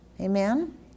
Amen